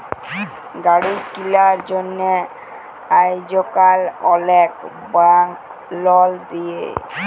গাড়ি কিলার জ্যনহে আইজকাল অলেক ব্যাংক লল দেই